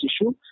issue